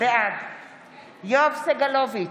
בעד יואב סגלוביץ'